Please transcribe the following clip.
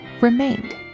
remained